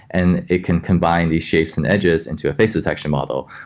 and it can combine these shapes and edges into a face detection model,